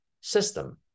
system